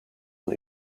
een